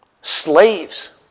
Slaves